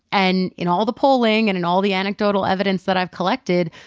and in all the polling and in all the anecdotal evidence that i've collected,